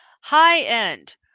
high-end